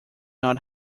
not